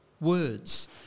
words